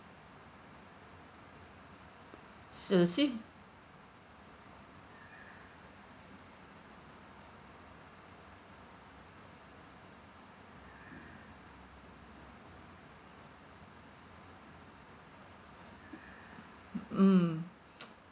so as if hmm